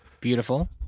Beautiful